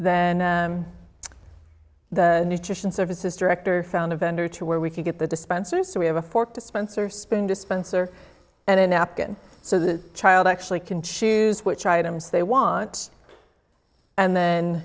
the nutrition services director found a vendor to where we can get the dispensers so we have a fork dispenser spoon dispenser and a napkin so the child actually can choose which items they want and then